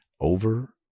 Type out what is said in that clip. over